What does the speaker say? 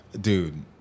dude